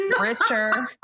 richer